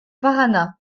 paraná